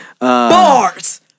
Bars